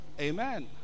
Amen